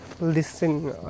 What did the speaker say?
listen